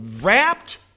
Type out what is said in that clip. wrapped